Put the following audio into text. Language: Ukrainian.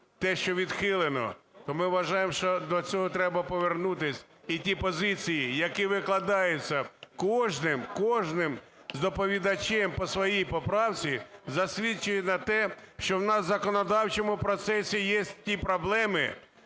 те, що відхилено, то ми вважаємо, що до цього треба повернутися, і ті позиції, які викладаються кожним, кожним доповідачем по своїй поправці, засвідчує на те, що в нас в законодавчому процесі є ті проблеми,